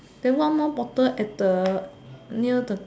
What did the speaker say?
then one more bottle at the near the